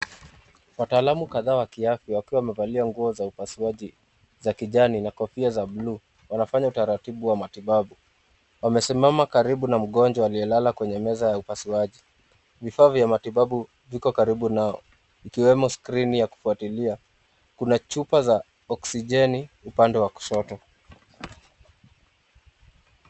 Wataalamu kadhaa wa kiafya wakiwa wamevalia nguo za upasuaji za kijani na kofia za blue , wanafanya utaratibu wa matibabu. Wamesimama karibu na mgonjwa aliyelala kwenye meza ya upasuaji. Vifaa vya matibabu viko karibu nao, ikiwemo screen ya kufuatilia. Kuna chupa za oxygen upande wa kushoto.